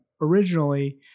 Originally